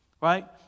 right